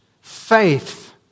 Faith